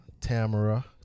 Tamara